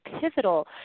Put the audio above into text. pivotal